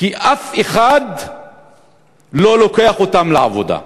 כי אף אחד לא לוקח אותם לעבודה.